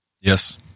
yes